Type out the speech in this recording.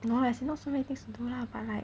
no as in not so many things to do lah but like